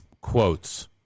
quotes